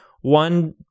one